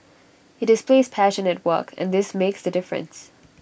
he displays passion at work and this makes the difference